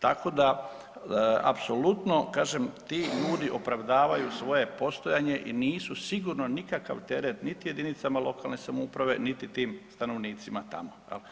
Tako da apsolutno kažem, ti ljudi opravdavaju svoje postojanje i nisu sigurno nikakav teret niti jedinicama lokalne samouprave niti tim stanovnicima tamo.